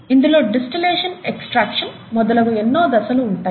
ఇందులో distillation extraction మొదలగు ఎన్నో దశలు ఉంటాయి